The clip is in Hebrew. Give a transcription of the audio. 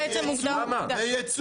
לייצוא.